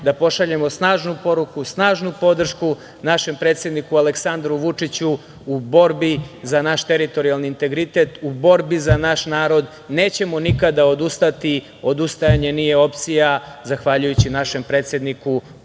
da pošaljemo snažnu poruku, snažnu podršku našem predsedniku Aleksandru Vučiću u borbi za naš teritorijalni integritet, u borbi za naš narod. Nećemo nikada odustati. Odustajanje nije opcija zahvaljujući našem predsedniku